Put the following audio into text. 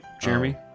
Jeremy